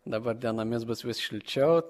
dabar dienomis bus vis šilčiau